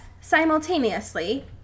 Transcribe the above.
simultaneously